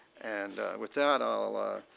and with that, i'll, ah